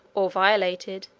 or violated,